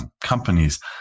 companies